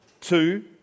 Two